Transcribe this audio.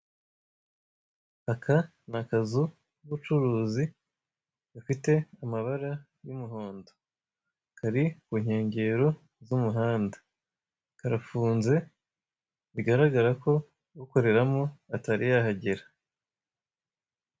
Aka nakazu k'umucuruzi gafite amabara y'umuhondo kari kunkengero z'umuhanda karafunze bigaragara ko ukoreramo atariyahagera.